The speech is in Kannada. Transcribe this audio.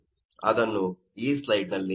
ಅದನ್ನು ಈ ಸ್ಲೈಡ್ ನಲ್ಲಿ ತೋರಿಸಲಾಗಿದೆ